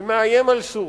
שמאיים על סוריה,